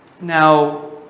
Now